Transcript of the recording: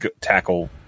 tackle